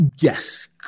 Yes